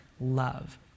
love